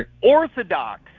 Orthodox